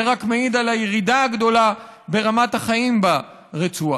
וזה רק מעיד על הירידה הגדולה ברמת החיים ברצועה.